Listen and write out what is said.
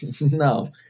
No